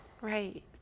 Right